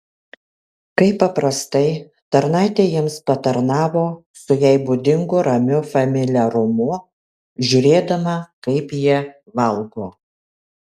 kaip paprastai tarnaitė jiems patarnavo su jai būdingu ramiu familiarumu žiūrėdama kaip jie valgo